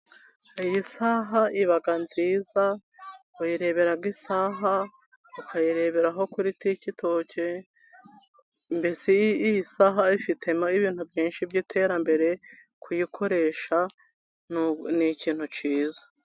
Iyi saha iba nziza, uyireberaho isaha, ukayireberaho kuri tiketoke, mbese iyi saha ifitemo ibintu byinshi by'iterambere, kuyikoresha ni ikintu cyiza.